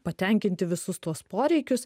patenkinti visus tuos poreikius